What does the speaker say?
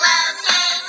okay